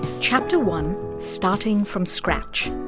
chapter one starting from scratch.